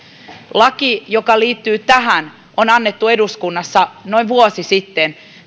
laki joka liittyy tähän terveydenhuoltolaki on annettu eduskunnassa noin vuosi sitten